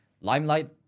Limelight